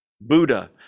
Buddha